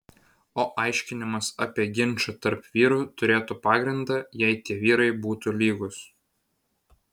o aiškinimas apie ginčą tarp vyrų turėtų pagrindą jei tie vyrai būtų lygūs